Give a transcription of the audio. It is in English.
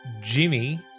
Jimmy